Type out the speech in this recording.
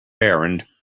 errand